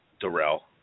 Darrell